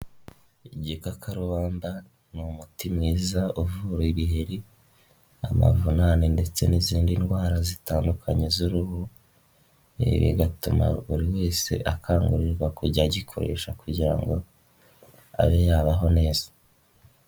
Igikakarubamba ni umuti mwiza uvura ibiheri, amavunane ndetse n'izindi ndwara zitandukanye z'uruhu, ibi bigatuma buri wese akangurirwa kujya agikoresha kugira ngo abe yabaho neza.